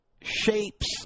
shapes